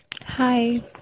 Hi